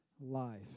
life